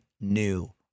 new